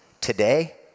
Today